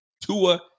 Tua